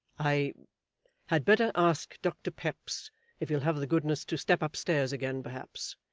i had better ask doctor peps if he'll have the goodness to step upstairs again perhaps.